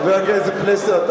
חבר הכנסת פלסנר,